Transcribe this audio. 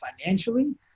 financially